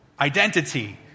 identity